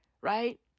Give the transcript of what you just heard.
right